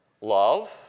Love